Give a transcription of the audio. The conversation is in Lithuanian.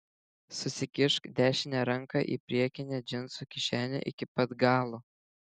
susikišk dešinę ranką į priekinę džinsų kišenę iki pat galo